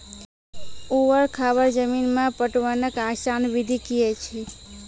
ऊवर खाबड़ जमीन मे पटवनक आसान विधि की ऐछि?